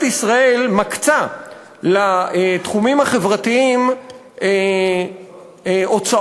ישראל מקצה לתחומים החברתיים הוצאות